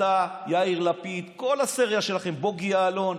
אתה, יאיר לפיד, כל הסריה שלכם, בוגי יעלון,